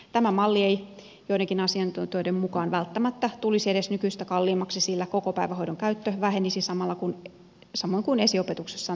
tämä malli ei joidenkin asiantuntijoiden mukaan välttämättä tulisi edes nykyistä kalliimmaksi sillä kokopäivähoidon käyttö vähenisi samoin kuin esiopetuksessa on tapahtunut